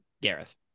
Gareth